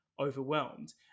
overwhelmed